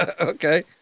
Okay